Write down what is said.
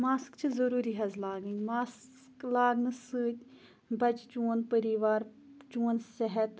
mask چھِ ضروٗری حظ لاگٕنۍ ماسک لاگنَس سۭتۍ بَچہِ چون پریٖوار چون صحت